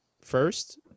first